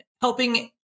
helping